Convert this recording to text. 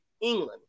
England